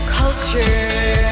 culture